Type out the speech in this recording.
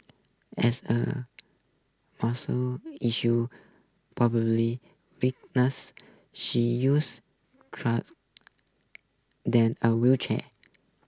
as her muscle issue probably weakness she used trust then a wheelchair